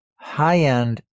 High-end